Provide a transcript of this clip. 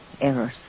errors